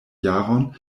jaron